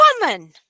Woman